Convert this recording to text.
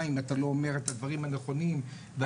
אם אתה לא אומר את הדברים הנכונים והמתאימים,